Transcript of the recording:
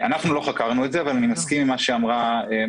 אנחנו לא חקרנו את זה אבל אני מסכים עם מה שאמרה רונית.